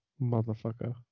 Motherfucker